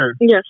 Yes